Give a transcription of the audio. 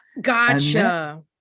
gotcha